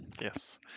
Yes